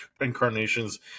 incarnations